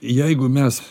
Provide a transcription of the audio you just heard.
jeigu mes